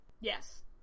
Yes